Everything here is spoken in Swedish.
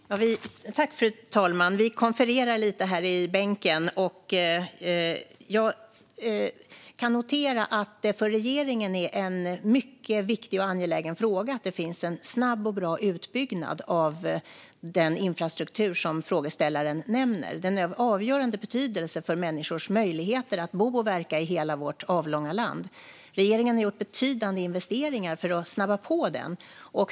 Fru talman! Jag och landsbygdsministern konfererade lite i bänken. Jag kan notera att det för regeringen är en mycket viktig och angelägen fråga att det finns en snabb och bra utbyggnad av den infrastruktur som frågeställaren nämner. Den är av avgörande betydelse för människors möjligheter att bo och verka i hela vårt avlånga land, och regeringen har gjort betydande investeringar för att snabba på den.